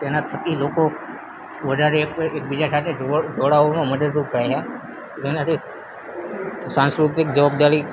તેના થકી લોકો વધારે એક બ એકબીજા સાથે જોડ જોડાવામાં મદદરૂપ રહ્યા બન્યા છે સાંસ્કૃતિક જવાબદારી